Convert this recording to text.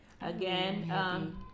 Again